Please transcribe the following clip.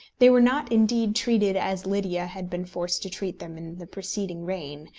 they were not indeed treated as lydia had been forced to treat them in the preceding reign,